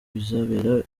bizabera